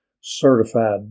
certified